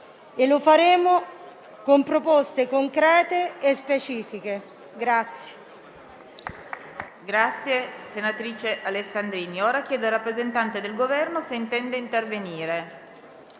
e lo faremo con proposte concrete e specifiche.